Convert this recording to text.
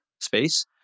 space